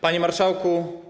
Panie Marszałku!